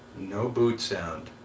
no, boot sound